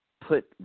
put